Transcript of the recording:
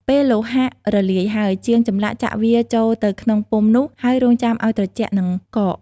ពេលលោហៈរលាយហើយ ជាងចម្លាក់ចាក់វាចូលទៅក្នុងពុម្ពនោះ ហើយរង់ចាំឱ្យត្រជាក់និងកក។